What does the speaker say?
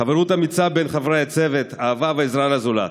חברות אמיצה בין חברי הצוות, אהבה ועזרה לזולת,